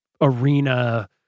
arena